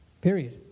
Period